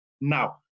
Now